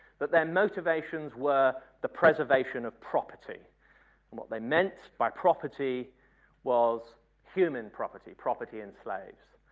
but then motivations were the preservation of property and what they meant by property was human property, property in slaves.